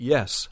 Yes